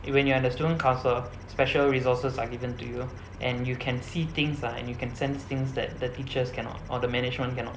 when you're in the student council special resources are given to you and you can see things lah and you can sense things that the teachers cannot or the management cannot